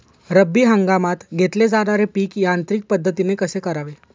रब्बी हंगामात घेतले जाणारे पीक यांत्रिक पद्धतीने कसे करावे?